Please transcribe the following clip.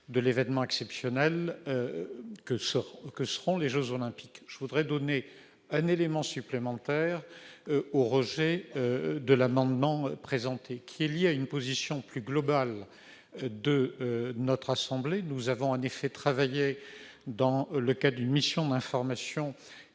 de l'événement exceptionnel que ce que seront les Jeux olympiques, je voudrais donner un élément supplémentaire au rejet de l'amendement, présenté il y a une position plus globale de notre assemblée, nous avons en effet travailler dans le cas d'une mission d'information